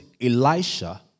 Elisha